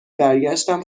برگشتم